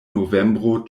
novembro